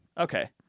Okay